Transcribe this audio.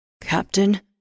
Captain